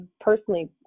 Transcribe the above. personally